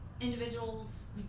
individuals